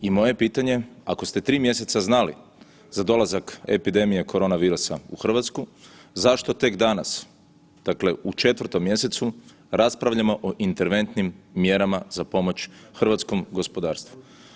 I moje pitanje ako ste 3 mjeseca znali za dolazak epidemije korona virusa u Hrvatsku zašto tek danas, dakle u 4. Mjesecu raspravljamo o interventnim mjerama za pomoć hrvatskom gospodarstvu?